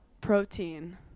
protein